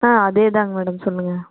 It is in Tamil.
ஆ அதேதாங்க மேடம் சொல்லுங்கள்